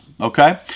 okay